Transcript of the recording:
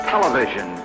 Television